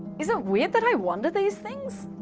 is it weird that i wonder these things?